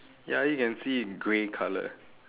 ya you can see in grey color